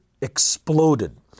exploded